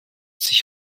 sich